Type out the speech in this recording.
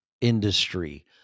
industry